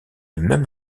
même